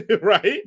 right